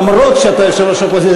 למרות שאתה יושב-ראש האופוזיציה,